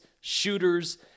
shooters